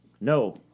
No